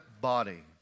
body